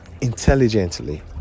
intelligently